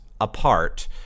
apart